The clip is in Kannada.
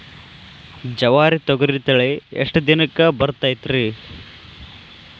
ಜವಾರಿ ತೊಗರಿ ತಳಿ ಎಷ್ಟ ದಿನಕ್ಕ ಬರತೈತ್ರಿ?